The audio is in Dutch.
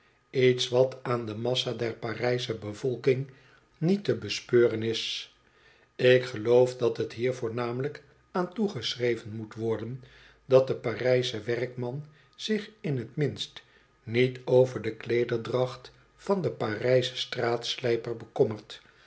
iets wat aan de massa der parijsche bevolking niet te bespeuren is ik geloof dat het hier voornamelyk aan toegeschreven moet worden dat de parijsche werkman zich in t minst niet over de kleederdracht van den parijschcn straatslijper bekommert